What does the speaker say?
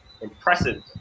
Impressive